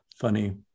funny